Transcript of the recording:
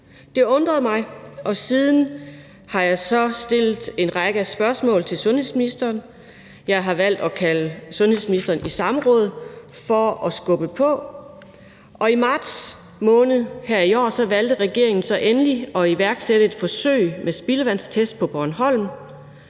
Det undrede mig, og siden har jeg så stillet en række spørgsmål til sundhedsministeren. Jeg har valgt at kalde sundhedsministeren i samråd for at skubbe på for det. Og i marts måned her i år valgte regeringen så endelig at iværksætte et forsøg med spildevandstest på Bornholm